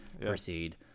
proceed